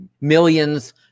millions